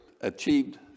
achieved